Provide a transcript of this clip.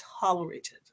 tolerated